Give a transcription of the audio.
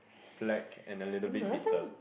flag and a little bit bitter